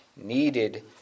needed